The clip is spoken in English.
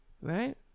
Right